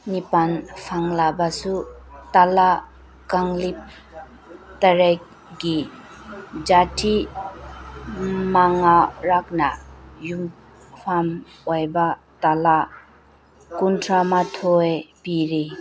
ꯅꯤꯄꯥꯜ ꯐꯪꯂꯕꯁꯨ ꯇꯥꯂꯥ ꯀꯥꯡꯂꯤꯞ ꯇꯇꯦꯠꯀꯤ ꯍꯥꯊꯤ ꯃꯉꯥꯔꯛꯅ ꯌꯨꯝꯐꯝ ꯑꯣꯏꯕ ꯇꯥꯂꯥ ꯀꯨꯟꯊ꯭ꯔꯥꯃꯥꯊꯣꯏ ꯄꯤꯔꯤ